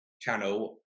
channel